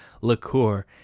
liqueur